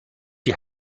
die